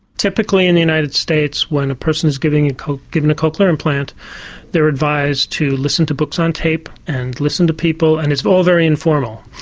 typically in the united states when a person is given given a cochlear implant they're advised to listen to books on tape and listen to people and it's all very informal.